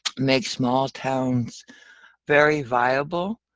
make small towns very viable,